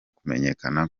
kumenyekana